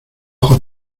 ojos